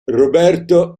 roberto